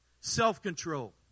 self-control